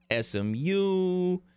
SMU